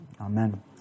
Amen